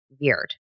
weird